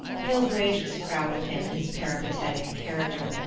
hillbridge was proud of him in his peripatetic character,